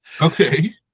Okay